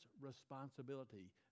responsibility